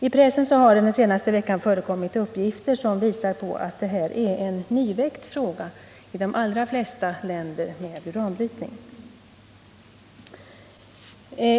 I pressen har det den senaste veckan förekommit uppgifter som visar att det här är en nyväckt fråga i de allra flesta länder med uranbrytning.